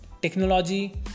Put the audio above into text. technology